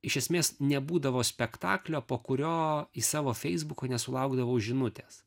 iš esmės nebūdavo spektaklio po kurio į savo feisbuką nesulaukdavau žinutės